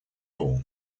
all